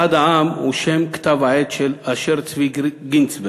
אחד העם הוא שם העט של אשר צבי גינצברג,